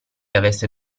avesse